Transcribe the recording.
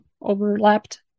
overlapped